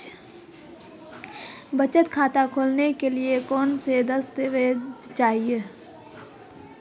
बचत खाता खोलने के लिए कौनसे दस्तावेज़ चाहिए?